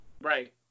Right